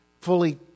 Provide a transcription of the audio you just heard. fully